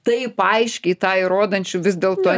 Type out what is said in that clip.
taip aiškiai tą įrodančių vis dėlto